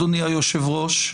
אדוני היושב-ראש,